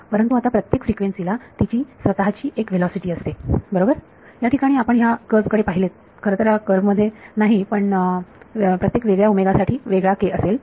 परंतु आता प्रत्येक फ्रिक्वेन्सी ला तिची स्वतःची एक व्हेलॉसिटी असते बरोबर या ठिकाणी आपण या कर्व्ह कडे पाहिलेत खरेतर ह्या कर्व्ह मध्ये नाही पण प्रत्येक वेगळ्या साठी वेगळा k असेल